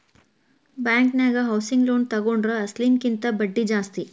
ಬ್ಯಾಂಕನ್ಯಾಗ housing loan ತಗೊಂಡ್ರ ಅಸ್ಲಿನ ಕಿಂತಾ ಬಡ್ದಿ ಜಾಸ್ತಿ